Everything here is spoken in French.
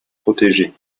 protégées